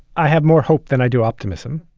i have more hope than i do optimism